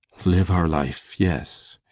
live our life, yes!